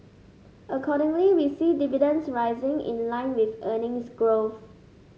accordingly we see dividends rising in line with earnings growth